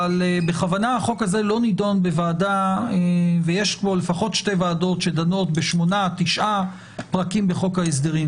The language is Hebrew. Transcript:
יש פה לפחות שתי ועדות שדנות בשמונה-תשעה פרקים בחוק ההסדרים,